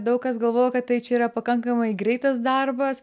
daug kas galvoja kad tai čia yra pakankamai greitas darbas